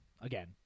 Again